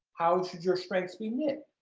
how should your strengths be knit?